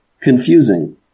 confusing